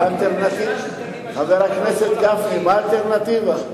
חבר הכנסת גפני, מה האלטרנטיבה?